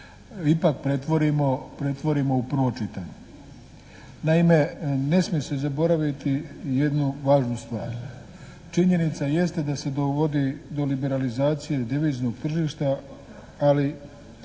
ipak pretvorimo u prvo čitanje. Naime, ne smije se zaboraviti jednu važnu stvar. Činjenica jeste da se dovodi do liberalizacije deviznog tržišta, ali